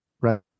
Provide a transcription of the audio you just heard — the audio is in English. Right